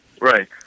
Right